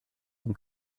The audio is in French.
bon